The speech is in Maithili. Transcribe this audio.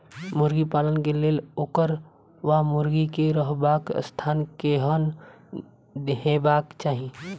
मुर्गी पालन केँ लेल ओकर वा मुर्गी केँ रहबाक स्थान केहन हेबाक चाहि?